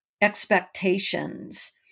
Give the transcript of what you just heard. expectations